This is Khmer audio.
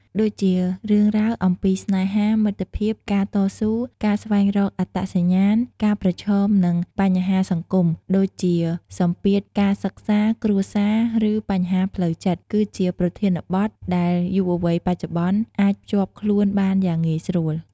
ដូចជា រឿងរ៉ាវអំពីស្នេហា មិត្តភាព ការតស៊ូ ការស្វែងរកអត្តសញ្ញាណ ការប្រឈមនឹងបញ្ហាសង្គម ដូចជាសម្ពាធការសិក្សា គ្រួសារ ឬបញ្ហាផ្លូវចិត្ត គឺជាប្រធានបទដែលយុវវ័យបច្ចុប្បន្នអាចភ្ជាប់ខ្លួនបានយ៉ាងងាយស្រួល។